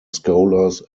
scholars